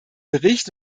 bericht